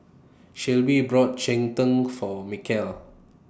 Shelbie brought Cheng Tng For Mikal